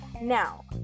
Now